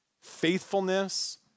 faithfulness